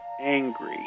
angry